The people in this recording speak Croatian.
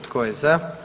Tko je za?